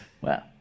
Wow